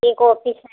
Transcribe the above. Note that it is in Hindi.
एक ऑफिस है